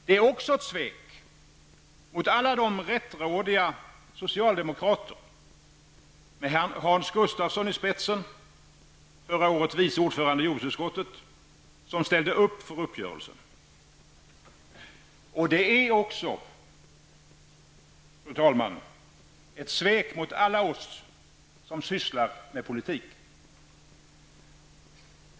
Det är också ett svek mot alla de rättrådiga socialdemokrater med Hans Gustafsson i spetsen -- Fru talman! Det är också ett svek mot alla oss som sysslar med politik.